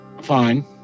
fine